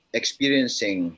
experiencing